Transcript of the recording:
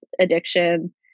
addiction